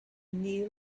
kneel